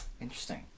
Interesting